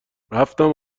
رفتم